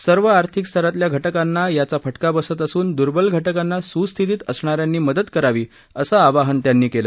सर्व आर्थिक स्तरातल्या घटकांना याचा फटका बसत असून दूर्वल घटकांना सुस्थितीत असणा यांनी मदत करावी असं आवाहन त्यांनी केलं